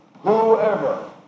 whoever